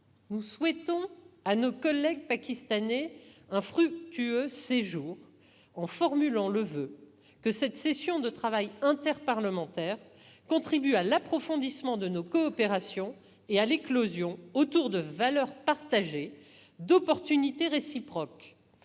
Nous souhaitons à nos collègues pakistanais un fructueux séjour, en formant le voeu que cette session de travail interparlementaire contribue à l'approfondissement de nos coopérations et à l'éclosion, autour de valeurs partagées, d'opportunités réciproques.